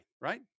right